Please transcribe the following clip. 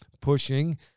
pushing